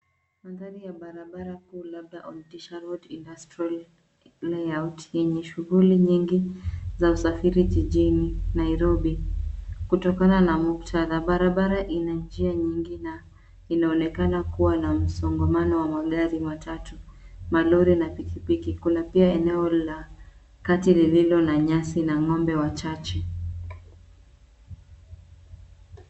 Ndani ya barabara kuu labda Onitsha Road Industrial Layout yenye shughuli nyingi jijini Nairobi, kutokana na muktadha. Barabara ina njia nyingi na inaonekana kuwa na msongamano wa magari matatu, malori na pikipiki. Kuna pia eneo la kati lililo na nyasi na ngombe wachache.